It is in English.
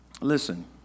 Listen